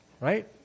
right